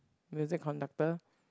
music conductor